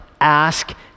ask